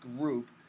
group